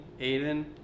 Aiden